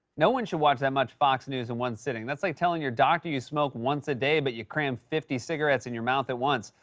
no one should watch that much fox news in one sitting. that's like telling your doctor you smoke once a day, but you cram fifty cigarettes in your mouth at once.